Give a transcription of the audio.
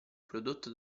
prodotto